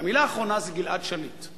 והמלה האחרונה זה גלעד שליט.